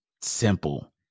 Simple